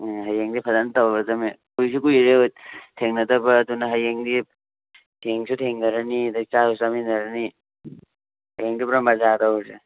ꯑꯥ ꯍꯌꯦꯡꯗꯤ ꯐꯖꯅ ꯇꯧꯔꯗꯃꯤ ꯀꯨꯏꯖꯨ ꯀꯨꯏꯔꯦ ꯊꯦꯡꯅꯗꯕ ꯑꯗꯨꯅ ꯍꯌꯦꯡꯗꯤ ꯊꯦꯡꯁꯨ ꯊꯦꯡꯅꯔꯅꯤ ꯑꯗꯩ ꯆꯥꯕꯁꯨ ꯆꯥꯃꯤꯟꯅꯔꯅꯤ ꯍꯌꯦꯡꯗꯤ ꯄꯨꯔꯥ ꯃꯖꯥ ꯇꯧꯔꯁꯦ